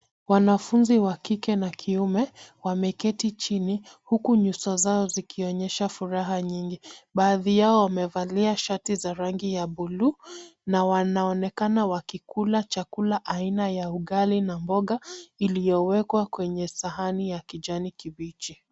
Wanafunzi wa kike na kiume wameketi chini huku nyuso zao zikionyesha furaha nyingi. Baadhi yao wamevalia shati za rangi ya bluu na wanaonekana waki kula chakula aina ya ugali na mboga iliyo wekwa kwenye sahani ya kijani kibichi.